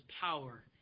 power